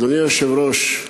אדוני היושב-ראש,